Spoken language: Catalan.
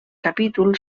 capítol